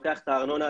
לוקח את הארנונה,